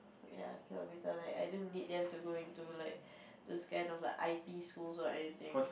ya kilometer like I don't need them to go into like those kind of like I_P schools or anything